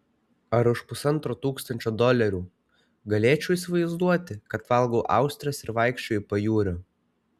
ar už pusantro tūkstančio dolerių galėčiau įsivaizduoti kad valgau austres ar vaikščioju pajūriu